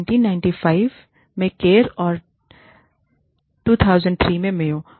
1995 में केर और 2003 में मेयो